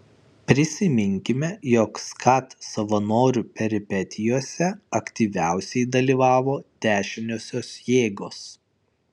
prisiminkime jog skat savanorių peripetijose aktyviausiai dalyvavo dešiniosios jėgos